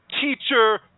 teacher